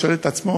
שואל את עצמו: